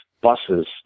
buses